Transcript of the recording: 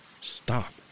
stop